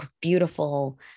beautiful